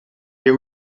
your